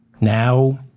now